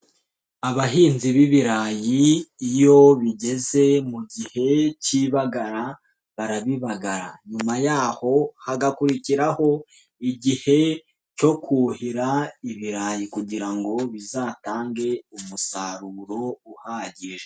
Abahinzi b'ibirayi iyo bigeze mu gihe k'ibagara barabibaga nyuma yaho hagakurikiraho igihe cyo kuhira ibirayi kugira ngo bizatange umusaruro uhagije.